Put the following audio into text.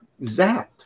zapped